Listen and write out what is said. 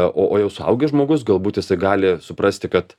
a o o jau suaugęs žmogus galbūt jisai gali suprasti kad